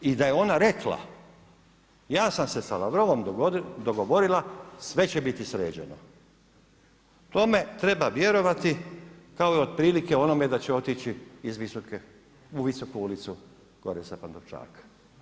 I da je ona rekla ja sam se sa Lavrovom dogovorila sve će biti sređeno, tome treba vjerovati kao i otprilike ono da će otići u Visoke ulicu, gore sa Pantovčaka.